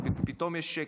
פתאום יש שקט.